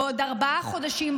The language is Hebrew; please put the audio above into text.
בעוד ארבעה חודשים,